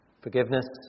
Forgiveness